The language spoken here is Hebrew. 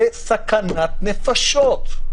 זה סכנת נפשות,